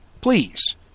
Please